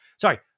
Sorry